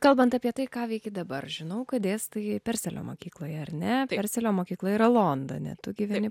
kalba apie tai ką veiki dabar žinau kad dėstai perselio mokykloje ar ne perselio mokykla yra londone tu gyveni